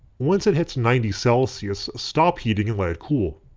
once it hits ninety celsius, stop heating and let it cool.